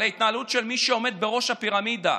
על ההתנהלות של מי שעומד בראש הפירמידה,